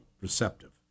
receptive